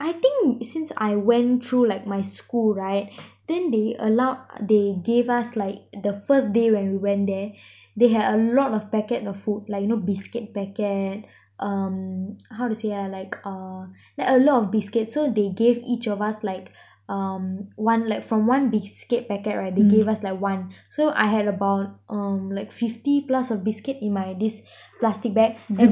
I think since I went through like my school right then they allowed they gave us like the first day when we went there they had a lot of packets of food like you know biscuit packet um how to say ah like uh like a lot of biscuit so they gave each of us like um one like from one biscuit packet right they gave us like one so I had about um like fifty plus of biscuit in my this plastic bag and